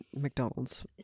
McDonald's